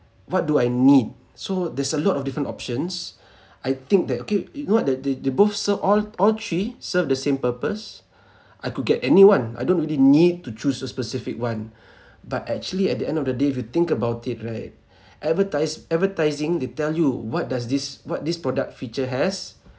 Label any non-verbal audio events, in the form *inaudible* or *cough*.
what do I need so there's a lot of different options I think that okay you know what the~ they they both se~ all all three serve the same purpose I could get anyone I don't really need to choose a specific one *breath* but actually at the end of the day if you think about it right advertis~ advertising they tell you what does this what this product feature has